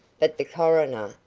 but the coroner,